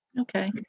Okay